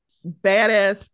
badass